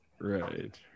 right